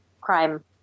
crime